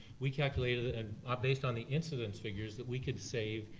we calculated and ah based on the incidence figures that we could save,